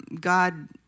God